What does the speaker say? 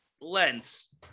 lens